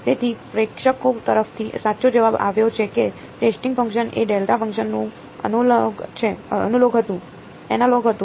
તેથી પ્રેક્ષકો તરફથી સાચો જવાબ આવ્યો છે કે ટેસ્ટિંગ ફંકશન એ ડેલ્ટા ફંક્શન નું એનાલોગ હતું